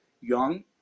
young